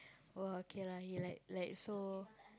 !woah! okay lah he like like so